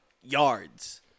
yards